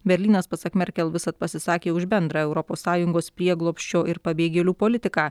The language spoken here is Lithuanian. berlynas pasak merkel visad pasisakė už bendrą europos sąjungos prieglobsčio ir pabėgėlių politiką